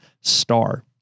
Star